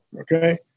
Okay